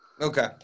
Okay